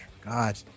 God